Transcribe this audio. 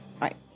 Right